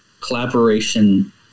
collaboration